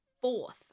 fourth